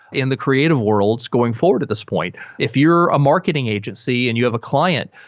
in the creative worlds going forward at this point, if you're a marketing agency and you have a client,